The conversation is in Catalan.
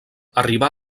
arribà